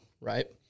right